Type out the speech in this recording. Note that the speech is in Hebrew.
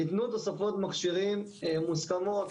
נבנו תוספות מכשירים מוסכמות,